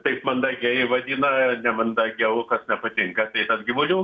taip mandagiai vadina nemandagiau kas nepatinka tai tas gyvulių